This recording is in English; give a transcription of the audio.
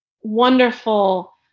wonderful